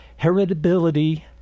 heritability